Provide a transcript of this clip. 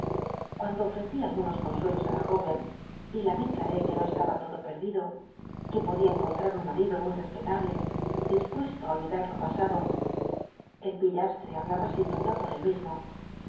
cuando ofrceí algunos consuelos la jó cn y l t declaré que no estaba lodo perdido que podia cnconllar un matido muy respetable dispuesto á oll'idat lo asado el pillaslt'c hablaba sin duda por él mismo